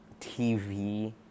TV